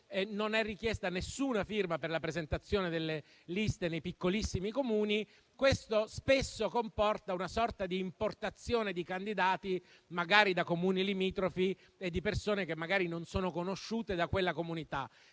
non è richiesta alcuna firma per la presentazione delle liste nei piccolissimi Comuni e ciò spesso comporta una sorta di importazione di candidati magari da Comuni limitrofi, che non sono conosciuti da quella comunità.